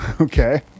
Okay